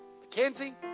Mackenzie